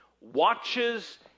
watches